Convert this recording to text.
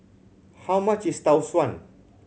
how much is Tau Suan